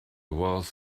was